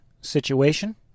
situation